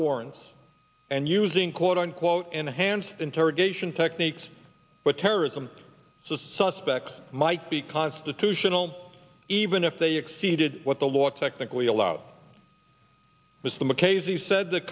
warrants and using quote unquote enhanced interrogation techniques with terrorism suspects might be constitutional even if they exceeded what the law technically allowed was the mackays he said the